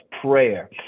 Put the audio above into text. prayer